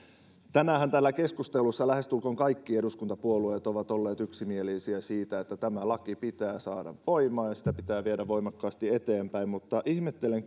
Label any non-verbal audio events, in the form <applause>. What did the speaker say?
tänäänhän täällä keskustelussa lähestulkoon kaikki eduskuntapuolueet ovat olleet yksimielisiä siitä että tämä laki pitää saada voimaan ja sitä pitää viedä voimakkaasti eteenpäin mutta ihmettelen <unintelligible>